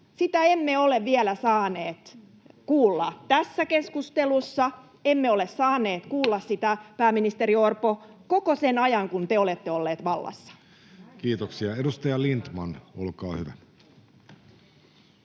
Sitä emme ole vielä saaneet kuulla tässä keskustelussa, emme ole saaneet kuulla sitä, pääministeri Orpo, koko sinä aikana, kun te olette ollut vallassa. Kiitoksia. — Edustaja Lindtman, olkaa hyvä.